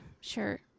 Sure